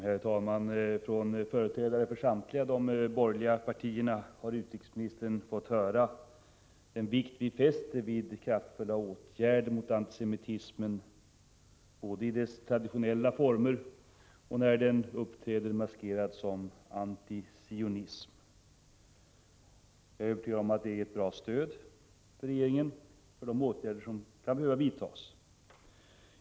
Herr talman! Från företrädare för samtliga borgerliga partier har utrikesministern fått höra vilken vikt vi fäster vid att kraftfulla åtgärder vidtas mot antisemitismen, både när den uppträder i traditionell form och när den uppträder maskerad som antisionism. Jag är övertygad om att detta utgör ett bra stöd för regeringen när det gäller de åtgärder som kan behöva vidtas.